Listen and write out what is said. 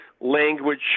language